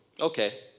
Okay